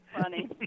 funny